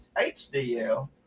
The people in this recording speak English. HDL